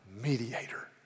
mediator